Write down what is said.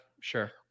sure